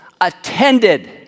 attended